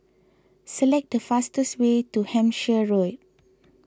select the fastest way to Hampshire Road